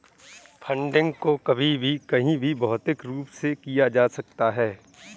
funding को कभी भी कहीं भी भौतिक रूप से किया जा सकता है